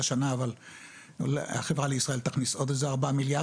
השנה החברה לישראל תכניס עוד איזה 4 מיליארד